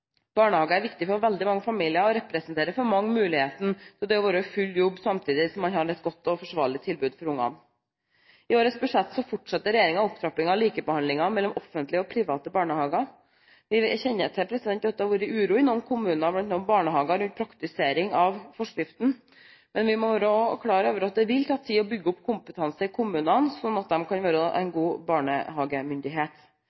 er viktig for veldig mange familier og representerer for mange muligheten til å være i full jobb samtidig som man har et godt og forsvarlig tilbud for ungene. I årets budsjett fortsetter regjeringen opptrappingen av likebehandlingen mellom offentlige og private barnehager. Vi kjenner til at det har vært uro i noen kommuner og blant noen barnehager rundt praktisering av forskriften, men vi må være klar over at det vil ta tid å bygge opp kompetanse i kommunene slik at de kan være en